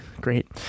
great